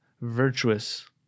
virtuous